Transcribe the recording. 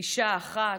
אישה אחת